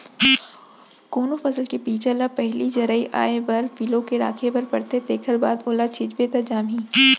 कोनो फसल के बीजा ल पहिली जरई आए बर फिलो के राखे बर परथे तेखर बाद ओला छिंचबे त जामही